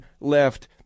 left